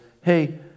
hey